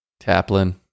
Taplin